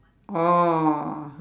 oh